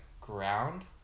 ground